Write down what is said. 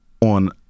on